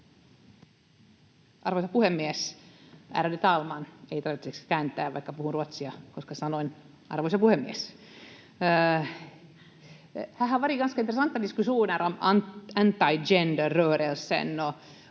Arvoisa puhemies, ärade talman! Ei toivottavasti tarvitse kääntää, vaikka puhun ruotsia, koska sanoin ”arvoisa puhemies”. Här har varit ganska intressanta diskussioner om anti-gender-rörelsen,